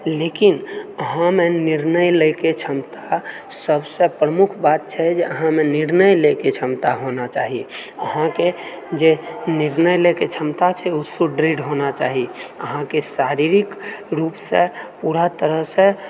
लेकिन अहाँमे निर्णय लेइके क्षमता सबसँ प्रमुख बात छै जे अहाँमे निर्णय लेइके क्षमता होना चाही अहाँकेँ जे निर्णय लेइके क्षमता छै ओ सुदृढ़ होना चाही अहाँकेँ शारीरिक रूपसँ पूरा तरहसँ